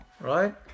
right